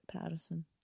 Patterson